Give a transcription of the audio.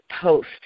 post